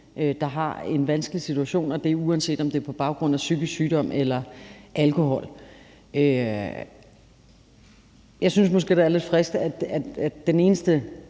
der er i en vanskelig situation, og det er uanset, om det er på baggrund af psykisk sygdom eller alkohol. Jeg synes måske, det er lidt friskt, at den eneste